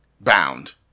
bound